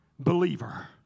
believer